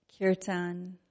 kirtan